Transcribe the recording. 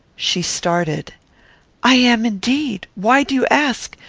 she started i am indeed. why do you ask?